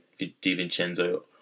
Divincenzo